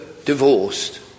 divorced